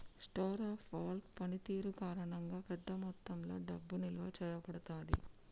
store of value పనితీరు కారణంగా, పెద్ద మొత్తంలో డబ్బు నిల్వ చేయబడతాది